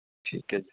ਠੀਕ ਹੈ ਜੀ